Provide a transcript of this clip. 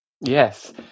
Yes